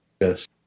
Yes